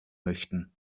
möchten